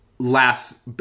Last